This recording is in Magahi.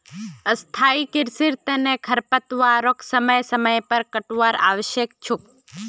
स्थाई कृषिर तना खरपतवारक समय समय पर काटवार आवश्यक छोक